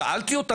שאלתי אותה,